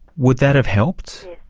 would that have helped?